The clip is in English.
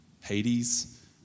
Hades